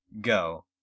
go